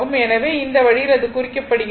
எனவே இந்த வழியில் இது குறிக்கப்படுகிறது